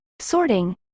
sorting